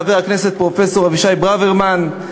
חבר הכנסת פרופסור אבישי ברוורמן,